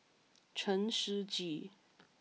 Chen Shiji